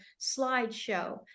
slideshow